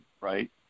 right